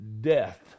Death